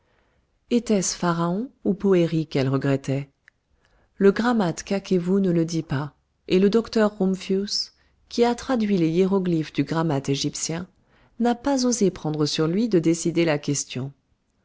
était-ce pharaon ou poëri qu'elle regrettait le grammate kakevou ne le dit pas et le docteur rumphius qui a traduit les hiéroglyphes du grammate égyptien n'a pas osé prendre sur lui de décider la question